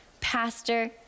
pastor